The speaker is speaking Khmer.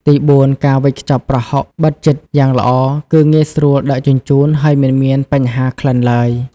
ទីបួន ការវេចខ្ចប់ប្រហុកបិទជិតយ៉ាងល្អ គឺ ងាយស្រួលដឹកជញ្ជូន ហើយមិនមានបញ្ហាក្លិនឡើយ។